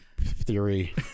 theory